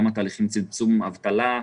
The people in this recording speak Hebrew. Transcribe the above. גם תהליכים לצמצום אבטלה.